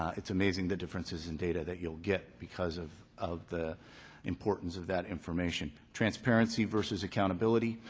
it's amazing the differences in data that you'll get because of of the importance of that information. transparency versus accountability,